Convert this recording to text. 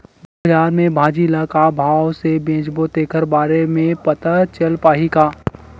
बजार में भाजी ल का भाव से बेचबो तेखर बारे में पता चल पाही का?